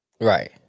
right